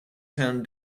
town